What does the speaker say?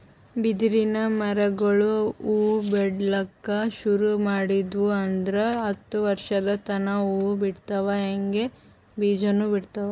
ಬಿದಿರಿನ್ ಮರಗೊಳ್ ಹೂವಾ ಬಿಡ್ಲಕ್ ಶುರು ಮಾಡುದ್ವು ಅಂದ್ರ ಹತ್ತ್ ವರ್ಶದ್ ತನಾ ಹೂವಾ ಬಿಡ್ತಾವ್ ಹಂಗೆ ಬೀಜಾನೂ ಬಿಡ್ತಾವ್